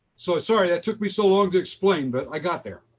so sorry yeah it took me so long to explain, but i got there.